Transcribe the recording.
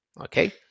okay